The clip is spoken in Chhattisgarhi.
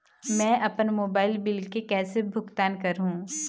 मैं अपन मोबाइल बिल के कैसे भुगतान कर हूं?